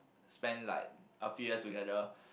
spend like a few years together